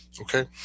Okay